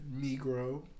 Negro